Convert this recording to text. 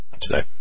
Today